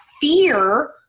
fear